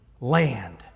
land